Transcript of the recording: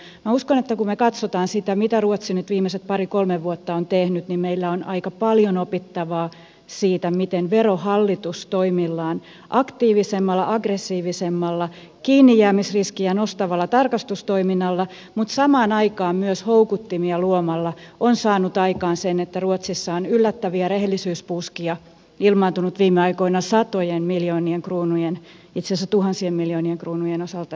minä uskon että kun me katsomme sitä mitä ruotsi nyt viimeiset pari kolme vuotta on tehnyt niin meillä on aika paljon opittavaa siitä miten verohallitus toimillaan aktiivisemmalla aggressiivisemmalla kiinnijäämisriskiä nostavalla tarkastustoiminnalla mutta samaan aikaan myös houkuttimia luomalla on saanut aikaan sen että ruotsissa on ilmaantunut viime aikoina yllättäviä rehellisyyspuuskia satojen miljoonien itse asiassa tuhansien miljoonien kruunujen osalta yhteensä